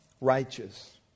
righteous